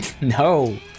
No